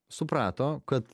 suprato kad